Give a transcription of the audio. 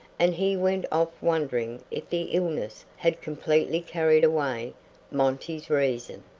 and he went off wondering if the illness had completely carried away monty's reason.